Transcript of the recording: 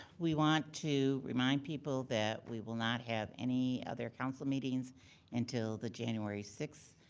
we want to remind people that we will not have any other council meetings until the january sixth.